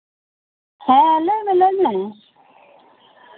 ᱦᱮᱸ ᱞᱟᱹᱭ ᱢᱮ ᱞᱟᱹᱭ ᱢᱮ